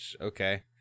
Okay